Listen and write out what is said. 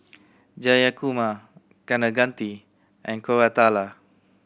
Jayakumar Kaneganti and Koratala